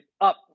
up